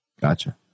Gotcha